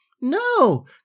No